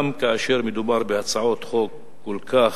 גם כאשר מדובר בהצעות חוק שהן כל כך,